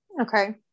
Okay